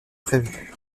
prévu